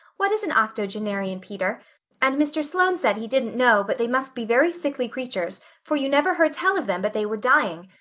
what is an octogenarian, peter and mr. sloane said he didn't know, but they must be very sickly creatures, for you never heard tell of them but they were dying.